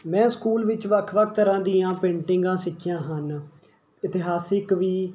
ਮੈਂ ਸਕੂਲ ਵਿੱਚ ਵੱਖ ਵੱਖ ਤਰ੍ਹਾਂ ਦੀਆਂ ਪੇਂਟਿੰਗਾਂ ਸਿੱਖੀਆਂ ਹਨ ਇਤਿਹਾਸਿਕ ਵੀ